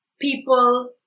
people